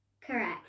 Correct